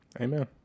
Amen